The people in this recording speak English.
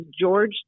George